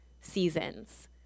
seasons